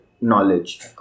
knowledge